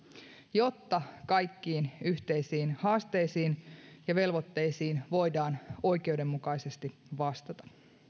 jotta kaikkiin yhteisiin haasteisiin ja velvoitteisiin voidaan oikeudenmukaisesti vastata